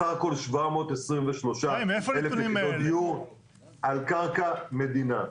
סך הכול 723,000 יחידות דיור על קרקע מדינה.